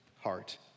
heart